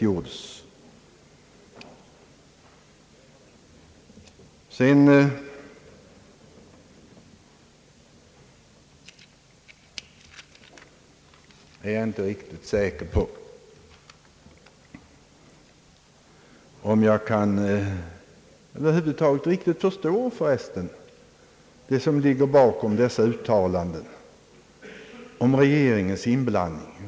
Jag kan över huvud taget inte riktigt förstå vad som ligger bakom dessa uttalanden om regeringens inblandning.